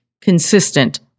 consistent